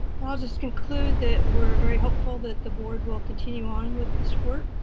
just conclude that we're very helpful that the board will continue on with this work.